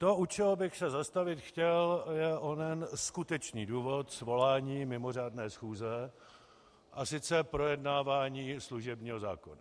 To, u čeho bych se zastavit chtěl, je onen skutečný důvod svolání mimořádné schůze, a to projednávání služebního zákona.